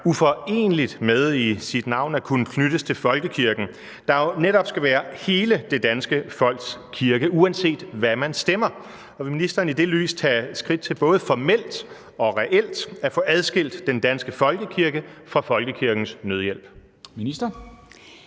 uforeneligt med i sit navn at kunne knyttes til folkekirken, der jo netop skal være hele det danske folks kirke, uanset hvad man stemmer, og vil ministeren i det lys tage skridt til både formelt og reelt at få adskilt den danske folkekirke fra Folkekirkens Nødhjælp? Kl.